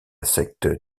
secte